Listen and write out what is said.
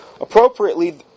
Appropriately